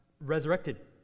resurrected